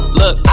look